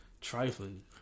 trifling